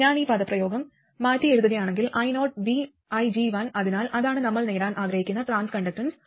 ഞാൻ ഈ പദപ്രയോഗം മാറ്റിയെഴുതുകയാണെങ്കിൽ ioviG1 അതിനാൽ അതാണ് നമ്മൾ നേടാൻ ആഗ്രഹിക്കുന്ന ട്രാൻസ് കണ്ടക്ടൻസ്